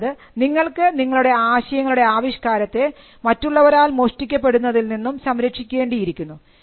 അതായത് നിങ്ങൾക്ക് നിങ്ങളുടെ ആശയങ്ങളുടെ ആവിഷ്കാരത്തെ മറ്റുള്ളവരാൽ മോഷ്ടിക്കപ്പെടുന്നതിൽ നിന്നും സംരക്ഷിക്കേണ്ടിയിരിക്കുന്നു